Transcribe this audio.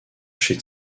chez